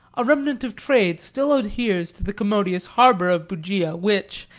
a remnant of trade still adheres to the commodious harbour of bugia, which,